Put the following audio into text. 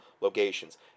locations